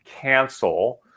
cancel